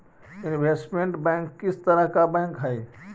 investment bank किस तरह का बैंक हई